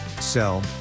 Sell